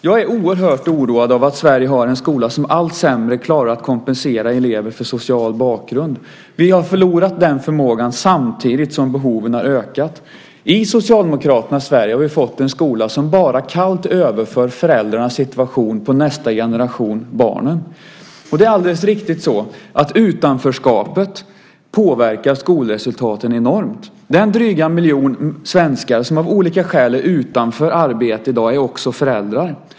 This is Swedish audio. Jag är oerhört oroad över att Sverige har en skola som allt sämre klarar att kompensera elever för social bakgrund. Vi har förlorat den förmågan samtidigt som behoven har ökat. I Socialdemokraternas Sverige har vi fått en skola som bara kallt överför föräldrarnas situation på nästa generation, barnen. Det är alldeles riktigt så att utanförskapet påverkar skolresultatet enormt. Den dryga miljon svenskar som av olika skäl är utanför arbete i dag är också föräldrar.